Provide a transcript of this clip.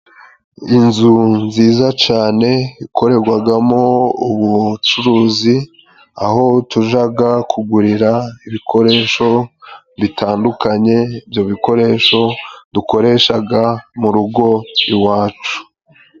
Inzu nziza cane ikorerwagamo ubucuruzi aho tujaga kugurira ibikoresho bitandukanye ibyo bikoresho dukoreshaga mu rugo iwacu.